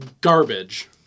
Garbage